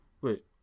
wait